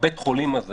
בבית החולים הזה